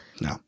No